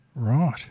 Right